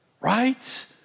right